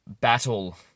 battle